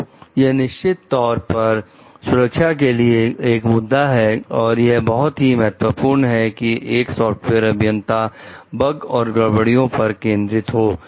तो यह निश्चित तौर पर सुरक्षा के लिए एक मुद्दा है और यह बहुत ही महत्वपूर्ण है कि एक सॉफ्टवेयर अभियंता बग और गड़बड़ियों पर केंद्रित हो